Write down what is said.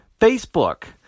Facebook